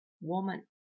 woman